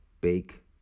bake